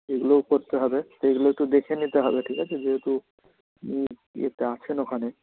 সেইগুলোও করতে হবে সেইগুলোকেও দেখে নিতে হবে ঠিক আছে যেহেতু ইয়েটা আছেন ওখানে